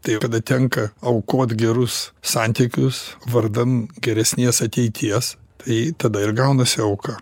tai kada tenka aukot gerus santykius vardan geresnės ateities tai tada ir gaunasi auka